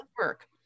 work